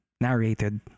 narrated